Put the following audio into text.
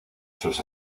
sus